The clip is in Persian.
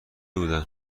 بودن